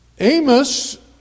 Amos